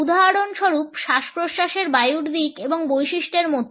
উদাহরণস্বরূপ শ্বাস প্রশ্বাসের বায়ুর দিক এবং বৈশিষ্ট্যের মতো